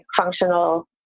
functional